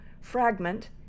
fragment